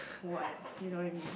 what you know what I mean